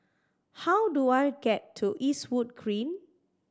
how do I get to Eastwood Green